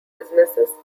businesses